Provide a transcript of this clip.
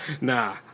nah